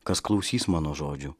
kas klausys mano žodžių